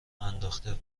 انداخته